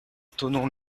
thonon